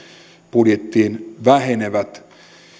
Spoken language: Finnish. budjettiin vähenevät